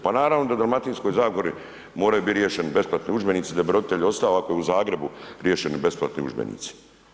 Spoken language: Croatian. Pa naravno da u Dalmatinskoj zagori moraju biti riješeni besplatni udžbenici da bi roditelji ostali, ako su u Zagrebu riješeni besplatni udžbenici.